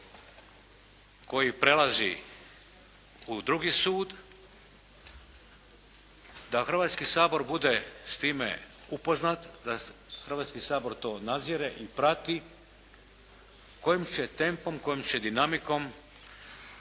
koji prelazi u drugi sud da Hrvatski sabor bude s time upoznat, da Hrvatski sabor to nadzire i prati kojim će tempom, kojom će dinamikom